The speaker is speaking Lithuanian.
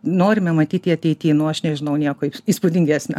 norime matyti ateity nu aš nežinau nieko įspūdingesnio